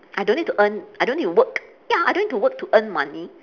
I don't need to earn I don't need to work ya I don't need to work to earn money